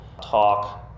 talk